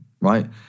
right